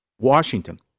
Washington